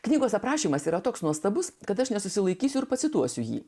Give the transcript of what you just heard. knygos aprašymas yra toks nuostabus kad aš nesusilaikysiu ir pacituosiu jį